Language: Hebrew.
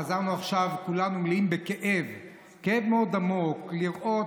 חזרנו עכשיו כולם מלאים בכאב מאוד עמוק לראות